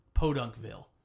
Podunkville